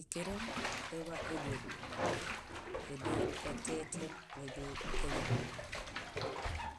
Ékeren eḃay édoe. Édoe etieḃetieṗ néḃee káliḃo.